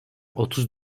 otuz